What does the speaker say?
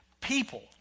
people